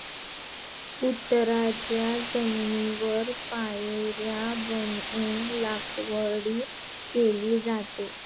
उताराच्या जमिनीवर पायऱ्या बनवून लागवड केली जाते